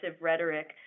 rhetoric